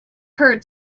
heard